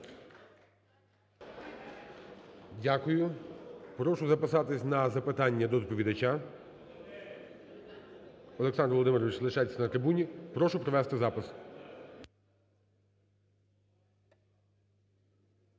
Дякую. Прошу записатись на запитання до доповідача. Олександр Володимирович лишається на трибуні. Прошу провести запис.